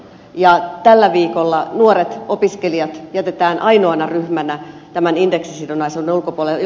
ja tällä viikolla nuoret opiskelijat jätetään ainoana ryhmänä tämän indeksisidonnaisuuden ulkopuolelle